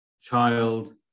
child